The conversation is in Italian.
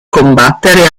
combattere